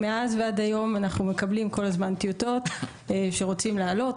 מאז ועד היום אנחנו מקבלים כל הזמן טיוטות שרוצים להעלות,